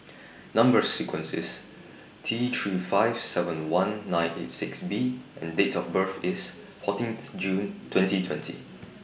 Number sequence IS T three five seven one nine eight six B and Date of birth IS fourteenth June twenty twenty